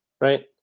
right